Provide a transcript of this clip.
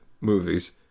movies